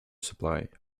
supply